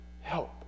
help